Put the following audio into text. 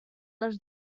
les